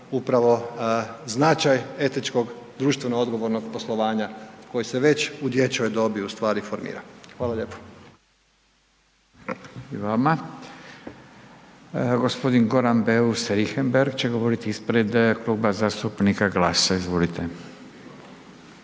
upravo značaj etičkog društveno odgovornog poslovanje koje se već u dječjoj dobi ustvari formira. Hvala lijepo. **Radin, Furio (Nezavisni)** Hvala i vama. Gospodin Goran Beus Richemebergh će govoriti ispred Kluba zastupnika GLAS-a. Izvolite.